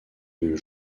même